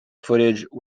footage